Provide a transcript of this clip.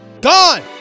gone